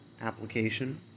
application